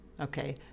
okay